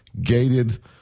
gated